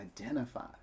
identify